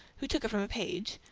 who took it from a page,